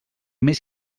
més